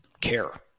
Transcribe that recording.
care